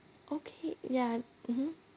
okay ya mmhmm